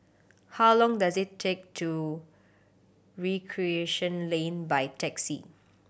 how long does it take to Recreation Lane by taxi